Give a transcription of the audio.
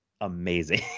amazing